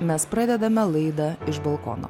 mes pradedame laidą iš balkono